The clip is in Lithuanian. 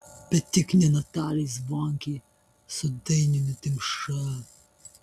bet tik ne natalijai zvonkei su dainiumi dimša